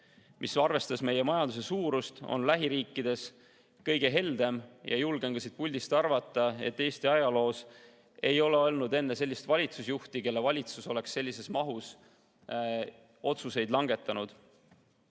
on, arvestades meie majanduse suurust, lähiriikidest kõige heldem. Julgen siit puldist arvata, et Eesti ajaloos ei ole olnud enne sellist valitsusjuhti, kelle valitsus oleks sellises mahus otsuseid langetanud.